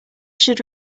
should